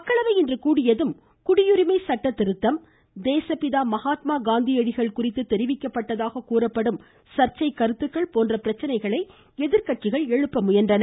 மக்களவை இன்று கூடியதும் குடியுரிமை சட்டதிருத்தம் தேசப்பிதா மகாத்மா காந்தியடிகள் குறித்து தெரிவிக்கப்பட்டதாக கூறப்படும் சர்ச்சை கருத்துக்கள் போன்ற பிரச்சினைகளை எதிர்கட்சிகள் எழுப்ப முயன்றன